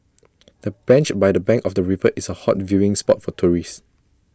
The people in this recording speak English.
the bench by the bank of the river is A hot viewing spot for tourists